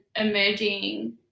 Emerging